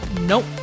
nope